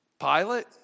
Pilate